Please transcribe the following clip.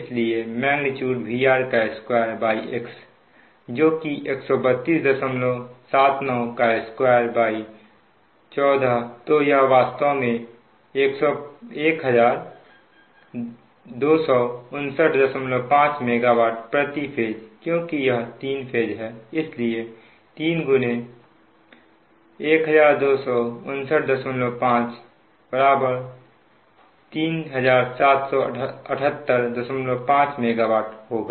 इसलिए VR2 x जोकि 13279214 तो यह वास्तव में 12595 MWफेज क्योंकि यह 3 फेज है इसलिए 312 12595 37785 MW होगा